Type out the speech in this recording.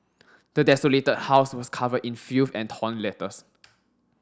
the desolated house was covered in filth and torn letters